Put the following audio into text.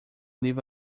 livro